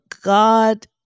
God